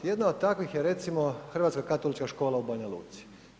Jedna od takvih je recimo Hrvatska katolička škola u Banja Luci.